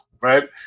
right